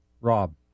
Rob